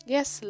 Yes